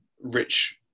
rich